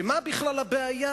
ומה בכלל הבעיה?